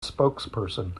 spokesperson